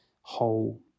whole